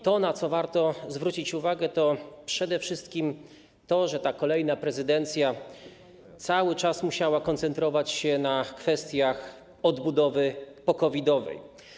To, na co warto zwrócić uwagę, to przede wszystkim to, że kolejna prezydencja cały czas musiała koncentrować się na kwestiach odbudowy po-COVID-owej.